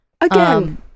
again